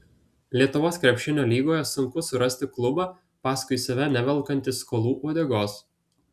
lietuvos krepšinio lygoje sunku surasti klubą paskui save nevelkantį skolų uodegos